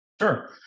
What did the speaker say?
Sure